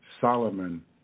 Solomon